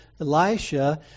Elisha